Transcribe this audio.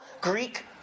Greek